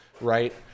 right